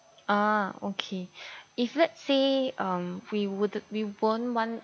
ah okay if let's say um we would we won't want